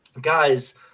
Guys